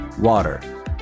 Water